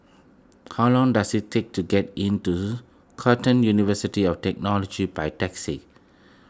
how long does it take to get into Curtin University of Technology by taxi